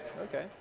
okay